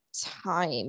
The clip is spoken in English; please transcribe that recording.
time